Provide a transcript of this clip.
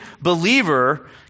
believer